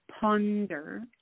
ponder